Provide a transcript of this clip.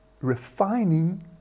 refining